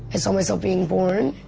i saw myself being born.